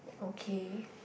okay